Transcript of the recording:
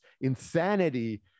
insanity